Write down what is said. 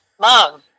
Mom